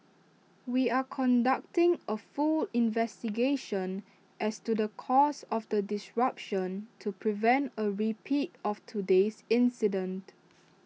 we are conducting A full investigation as to the cause of the disruption to prevent A repeat of today's incident